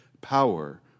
power